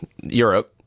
Europe